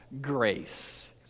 grace